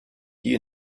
die